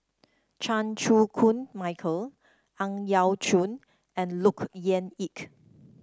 Chan Chew Koon Michael Ang Yau Choon and Look Yan Kit